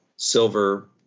Silver